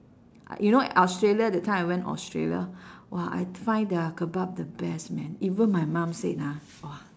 you know australia that time I went australia !wah! I find their kebab the best man even my mum said ah !wah!